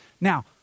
Now